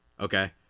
okay